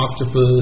octopus